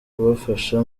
kubafasha